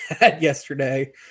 yesterday